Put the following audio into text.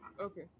okay